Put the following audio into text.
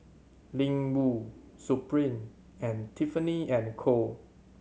Ling Wu Supreme and Tiffany and Co